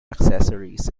accessories